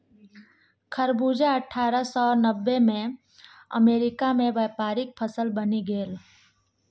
खरबूजा अट्ठारह सौ नब्बेमे अमेरिकामे व्यापारिक फसल बनि गेल